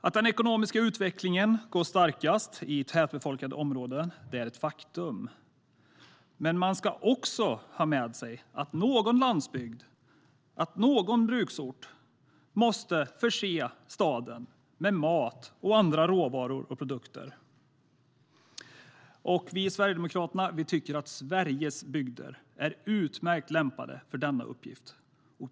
Att den ekonomiska utvecklingen går starkast i tätbefolkade områden är ett faktum, men man ska också ha med sig att någon landsbygd, att någon bruksort måste förse staden med mat, andra råvaror och produkter. Vi i Sverigedemokraterna tycker att Sveriges bygder är utmärkt lämpade för denna uppgift.